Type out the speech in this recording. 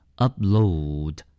Upload